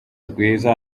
rwiza